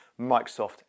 Microsoft